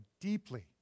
deeply